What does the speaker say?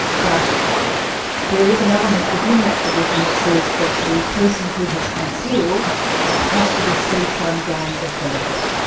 but there is an element within that provision that says that the person who has concealed has to receive some gain or benefit.